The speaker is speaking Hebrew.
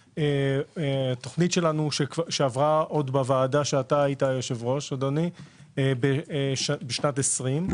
התוכנית שעברה בוועדה שאתה היית בה יושב-ראש בשנת 2020,